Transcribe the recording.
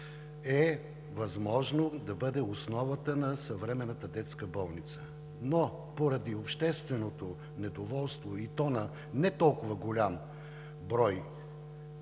е възможно да бъде основата на съвременната детска болница. Но поради общественото недоволство, и то на не толкова голям брой